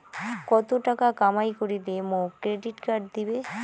কত টাকা কামাই করিলে মোক ক্রেডিট কার্ড দিবে?